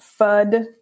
FUD